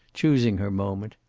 choosing her moment.